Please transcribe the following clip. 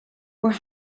were